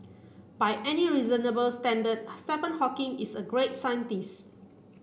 by any reasonable standard Stephen Hawking is a great scientist